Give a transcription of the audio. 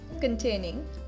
containing